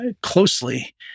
closely